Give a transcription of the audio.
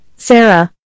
Sarah